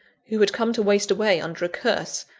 who had come to waste away under a curse,